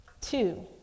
Two